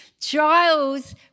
trials